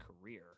career